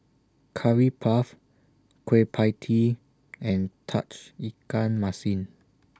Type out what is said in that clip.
Curry Puff Kueh PIE Tee and Tauge Ikan Masin